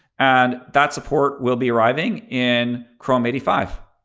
and that support will be arriving in chrome eighty five.